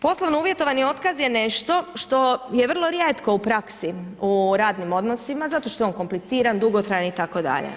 Poslovno uvjetovani otkaz je nešto što je vrlo rijetko u praksi u radnim odnosima zato što je on kompliciran, dugotrajan itd.